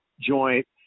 joint